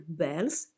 bells